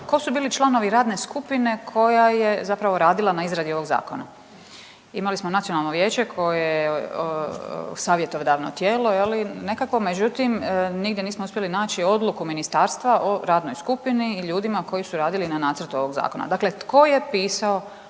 tko su bili članovi radne skupine koja je zapravo radila na izradi ovog zakona. Imali smo nacionalno vijeće koje savjetodavno tijelo je li, nekako međutim nigdje nismo uspjeli naći odluku ministarstva o radnoj skupini i ljudima koji su radili na nacrtu ovog zakona. Dakle, tko je pisao